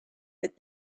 but